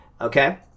Okay